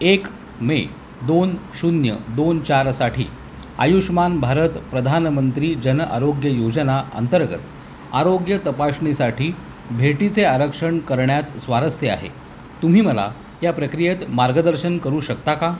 एक मे दोन शून्य दोन चारसाठी आयुष्मान भारत प्रधानमंत्री जनआरोग्य योजनेअंतर्गत आरोग्य तपासणीसाठी भेटीचे आरक्षण करण्यात स्वारस्य आहे तुम्ही मला या प्रक्रियेत मार्गदर्शन करू शकता का